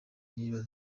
niba